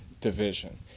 division